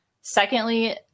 Secondly